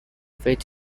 fetch